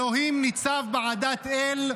אלֹהים ניצב בעדת אל,